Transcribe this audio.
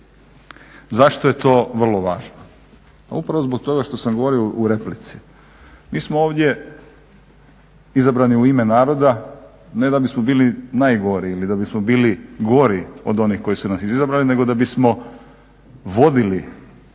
Zašto je to vrlo važno? Pa upravo zbog toga što sam govorio u replici. Mi smo ovdje izabrani u ime naroda ne da bismo bili najgori ili da bismo bili gori od onih koji su nas izabrali nego da bismo vodili